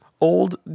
old